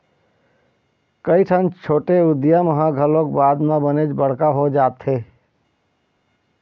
कइठन छोटे उद्यम ह घलोक बाद म बनेच बड़का हो जाथे